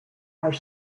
are